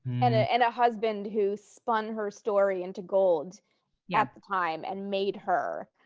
and ah and a husband who spun her story into gold yeah at the time and made her.